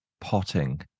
potting